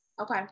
okay